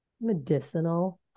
medicinal